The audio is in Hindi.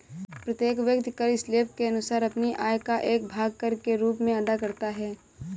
प्रत्येक व्यक्ति कर स्लैब के अनुसार अपनी आय का एक भाग कर के रूप में अदा करता है